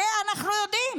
הרי אנחנו יודעים,